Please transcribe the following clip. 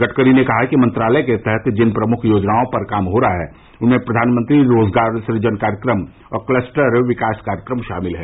गडकरी ने कहा कि मंत्रालय के तहत जिन प्रमुख योजनाओं पर काम हो रहा है उनमें प्रधानमंत्री रोजगार सृजन कार्यक्रम और क्लस्टर विकास कार्यक्रम शामिल है